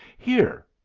here.